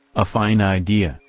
a fine idea,